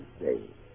day